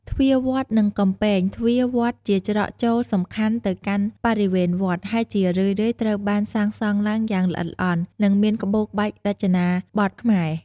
ទ្វារវត្ត និងកំពែងទ្វារវត្តជាច្រកចូលសំខាន់ទៅកាន់បរិវេណវត្ត ហើយជារឿយៗត្រូវបានសាងសង់ឡើងយ៉ាងល្អិតល្អន់ និងមានក្បូរក្បាច់រចនាបថខ្មែរ។